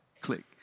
Click